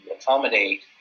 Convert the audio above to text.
accommodate